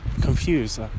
confused